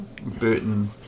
Burton